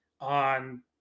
On